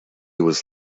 was